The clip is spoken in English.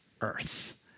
earth